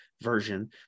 version